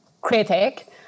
critic